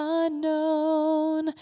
unknown